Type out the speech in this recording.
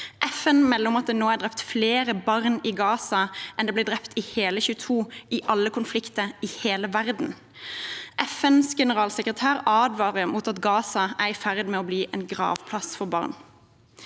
FN melder om at det nå er drept flere barn i Gaza enn det ble drept i hele 2022 i alle konflikter i hele verden. FNs generalsekretær advarer om at Gaza er i ferd med å bli en gravplass for barn.